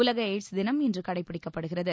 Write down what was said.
உலக எய்ட்ஸ் தினம் இன்று கடைபிடிக்கப்படுகிறது